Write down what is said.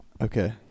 Okay